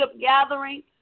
gathering